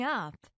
up